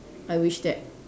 I wish that